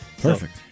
Perfect